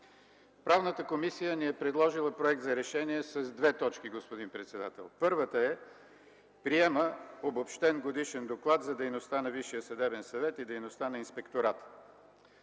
Правната комисия ни е предложила проект за решение с две точки, господин председател. Първата е: Приема Обобщен годишен доклад за дейността на Висшия съдебен съвет и дейността на инспектората.